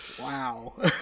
Wow